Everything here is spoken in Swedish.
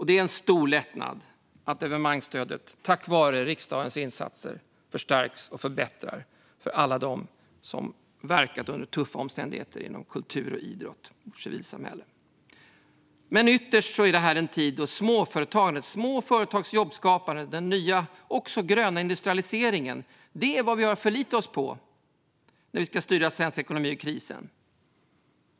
Det är en stor lättnad att evenemangsstödet tack vare riksdagens insatser nu förstärks och förbättrar för alla dem som verkat under tuffa omständigheter inom kultur, idrott och civilsamhälle. Men ytterst är det här en tid då småföretagandet, små företags jobbskapande, och den nya gröna industrialiseringen är vad vi har att förlita oss på när vi ska styra svensk ekonomi ur krisen.